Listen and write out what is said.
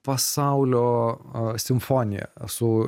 pasaulio a simfonija su